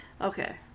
Okay